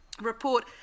report